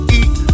eat